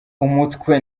umutwe